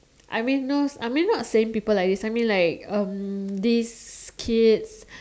I mean those I mean not saying people like you see mean like um these kids